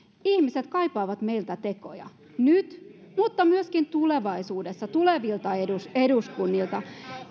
ihmiset kaipaavat meiltä tekoja nyt mutta myöskin tulevaisuudessa tulevilta eduskunnilta